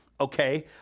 okay